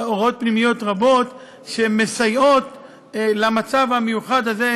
הוראות פנימיות רבות שמסייעות במצב המיוחד הזה,